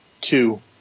two